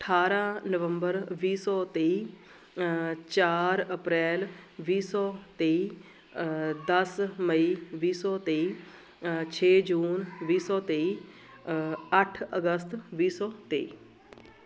ਅਠਾਰ੍ਹਾਂ ਨਵੰਬਰ ਵੀਹ ਸੌ ਤੇਈ ਚਾਰ ਅਪ੍ਰੈਲ ਵੀਹ ਸੌ ਤੇਈ ਦਸ ਮਈ ਵੀਹ ਸੌ ਤੇਈ ਛੇ ਜੂਨ ਵੀਹ ਸੌ ਤੇਈ ਅੱਠ ਅਗਸਤ ਵੀਹ ਸੌ ਤੇਈ